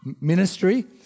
ministry